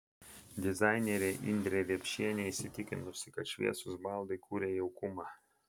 dizainerė indrė riepšienė įsitikinusi kad šviesūs baldai kuria jaukumą